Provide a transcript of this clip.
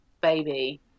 baby